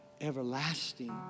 everlasting